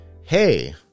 hey